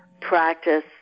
practice